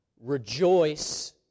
rejoice